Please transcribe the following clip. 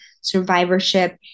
survivorship